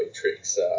tricks